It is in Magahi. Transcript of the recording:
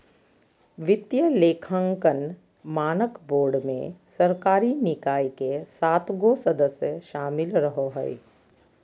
वित्तीय लेखांकन मानक बोर्ड मे सरकारी निकाय के सात गो सदस्य शामिल रहो हय